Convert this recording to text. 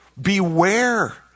beware